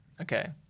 Okay